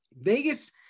Vegas